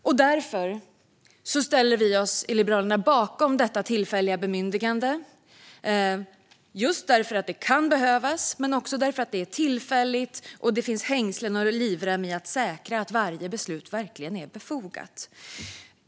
Vi i Liberalerna ställer oss bakom detta tillfälliga bemyndigande just för att det kan behövas men också för att det är tillfälligt. Det finns hängslen och livrem när det gäller att säkra att varje beslut verkligen är befogat.